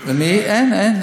למה, אין,